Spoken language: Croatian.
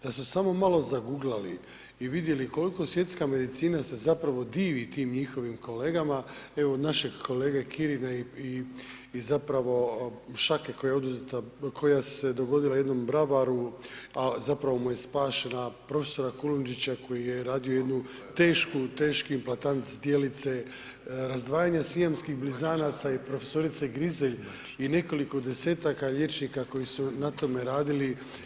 Da su samo malo zaguglali i vidjeli koliko svjetska medicina se zapravo divi tim njihovim kolegama evo našeg kolege Kirina i zapravo šake koja je oduzeta, koja se dogodila jednom bravaru a zapravo mu je spašena od prof. Kujundžića koji je radio jednu tešku, teški implatant zdjelice, razdvajanja sijamskih blizanaca i prof. Grizelj i nekoliko desetaka liječnika koji su na tome radili.